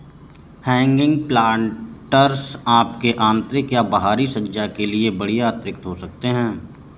hanging planters आपके आंतरिक या बाहरी सज्जा के लिए एक बढ़िया अतिरिक्त हो सकते है